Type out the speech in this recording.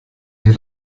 wir